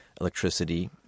electricity